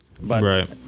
Right